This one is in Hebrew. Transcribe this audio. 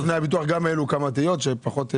סוכני הביטוח גם העלו כמה טיעונים שהם פחות זה.